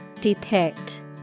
Depict